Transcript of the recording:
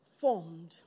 formed